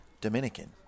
Dominican